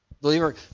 believer